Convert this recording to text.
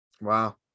Wow